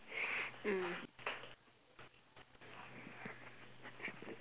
mm